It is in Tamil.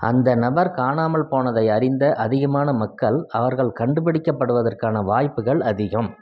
அந்த நபர் காணாமல் போனதை அறிந்த அதிகமான மக்கள் அவர்கள் கண்டுபிடிக்கப்படுவதற்கான வாய்ப்புகள் அதிகம்